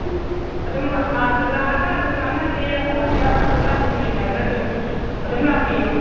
ꯑꯗꯨꯝ ꯂꯥꯛꯑꯒ ꯑꯗꯨꯝ ꯉꯥꯡꯅꯁꯤ ꯈꯔ ꯇꯥꯊꯣꯛ ꯇꯥꯁꯤꯟ ꯌꯦꯡꯅꯔꯒꯁꯨ ꯑꯗꯨꯝ ꯂꯥꯛꯄꯤꯌꯣ